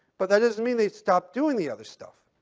but that doesn't mean they stopped doing the other stuff.